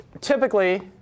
typically